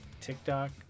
TikTok